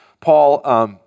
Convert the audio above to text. Paul